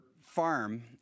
farm